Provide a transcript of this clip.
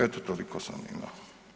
Eto toliko samo imam.